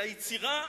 זו היצירה,